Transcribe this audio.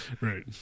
Right